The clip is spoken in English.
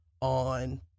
on